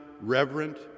reverent